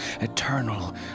eternal